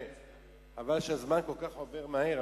חבל שהזמן עובר כל כך מהר,